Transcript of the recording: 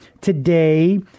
today